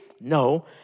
No